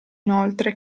inoltre